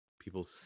People